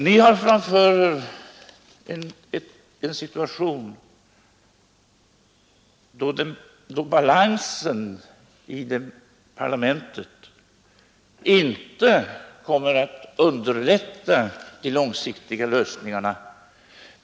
Ni har framför er en situation då balansen i parlamentet inte kommer att underlätta de långsiktiga lösningarna.